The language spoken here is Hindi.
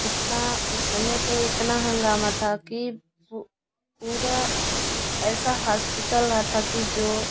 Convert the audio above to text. इतना उस समय तो इतना हंगामा था कि पूरा ऐसा हास्पीटल ना था कि जो